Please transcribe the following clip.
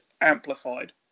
amplified